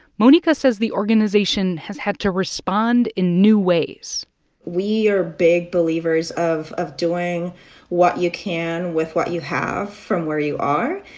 monica says the organization has had to respond in new ways we are big believers of of doing what you can with what you have from where you are.